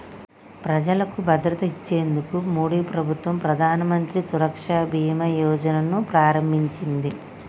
ప్రజలకు భద్రత ఇచ్చేందుకు మోడీ ప్రభుత్వం ప్రధానమంత్రి సురక్ష బీమా యోజన ను ప్రారంభించింది